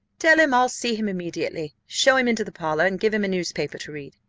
tell him i'll see him immediately show him into the parlour, and give him a newspaper to read.